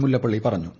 മുല്ലപ്പള്ളി പറഞ്ഞു